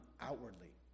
outwardly